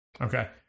okay